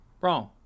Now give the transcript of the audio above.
Wrong